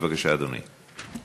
בבקשה, אדוני.